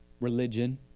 Religion